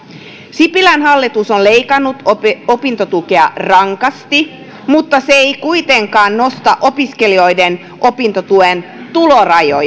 sipilän hallitus on leikannut opintotukea rankasti mutta se ei kuitenkaan nosta opiskelijoiden opintotuen tulorajoja